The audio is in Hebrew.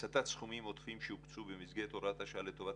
הסתת סכומים עודפים שהוקצו במסגרת הוראת השעה לטובת